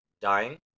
Dying